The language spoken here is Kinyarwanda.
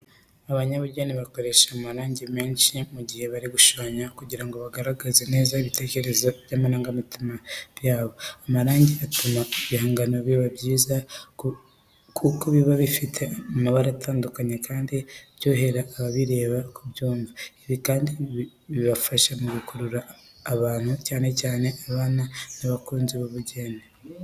Abanyabugeni bakoresha amarangi menshi mu gihe bari gushushanya kugira ngo bagaragaze neza ibitekerezo n'amarangamutima byabo. Amarangi atuma ibihangano biba byiza, kuko biba bifite amabara atandukanye kandi byorohera ababireba kubyumva. Ibi kandi bifasha mu gukurura abantu, cyane cyane abana n'abakunzi b'ubugeni,